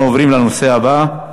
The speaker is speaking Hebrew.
אנחנו עוברים לנושא הבא: